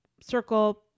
circle